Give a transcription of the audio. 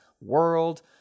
world